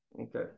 Okay